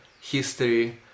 history